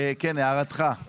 כן, הערתך, מאיר?